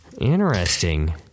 Interesting